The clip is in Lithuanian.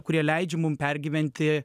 kurie leidžia mum pergyventi